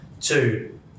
Two